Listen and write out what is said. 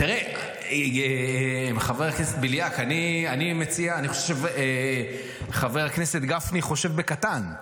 תראה, חבר הכנסת בליאק, חבר הכנסת גפני חושב בקטן.